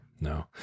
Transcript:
no